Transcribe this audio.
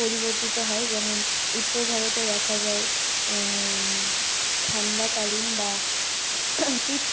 পরিবর্তিত হয় যেমন উত্তর ভারতে দেখা যায় ঠান্ডাকালীন বা শীত